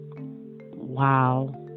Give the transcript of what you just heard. Wow